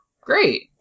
great